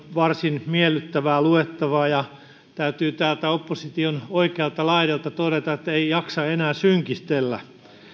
varsin miellyttävää luettavaa ja täytyy täältä opposition oikealta laidalta todeta että ei jaksa enää synkistellä